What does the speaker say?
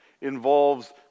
involves